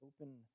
Open